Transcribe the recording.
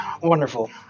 wonderful